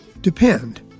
Depend